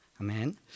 Amen